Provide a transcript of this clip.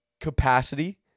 capacity